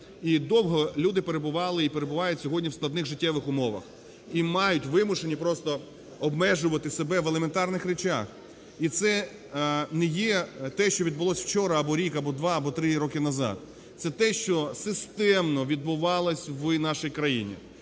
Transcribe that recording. І довго люди перебували і перебувають сьогодні в складних життєвих умовах і мають, вимушені просто обмежувати себе в елементарних речах. І це не є те, що відбулося вчора або рік, або два, або три роки назад, це те, що системно відбувалось в нашій країні.